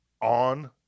on